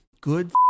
good